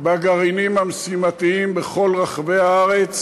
בגרעינים המשימתיים בכל רחבי הארץ,